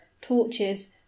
torches